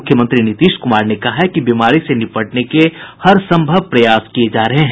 मुख्यमंत्री नीतीश कुमार ने कहा है कि बीमारी से निपटने के लिए हर संभव प्रयास किये जा रहे हैं